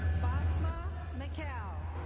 basma mikail.